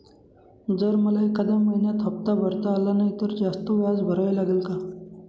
जर मला एखाद्या महिन्यात हफ्ता भरता आला नाही तर जास्त व्याज भरावे लागेल का?